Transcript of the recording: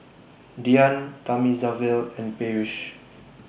Dhyan Thamizhavel and Peyush